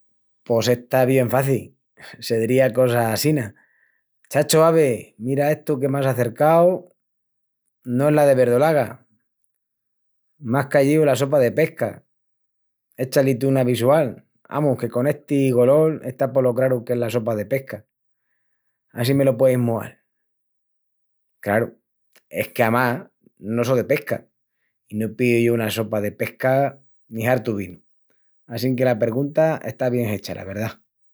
Pos esta es bien faci. Sedría cosa assina: Chacho, ave, mira estu que m'ás acercau no es la de verdolaga. M'ás cayíu la sopa de pesca. Echa-li tú una visual, amus que con esti golol está polo craru qu'es la sopa de pesca. Á si me lo pueis mual! Craru, es que amás no só de pesca i no píu yo una sopa de pesca ni hartu vinu. Assinque la pergunta está bien hecha, la verdá.